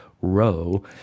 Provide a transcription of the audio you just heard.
ROW